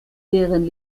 deren